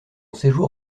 séjour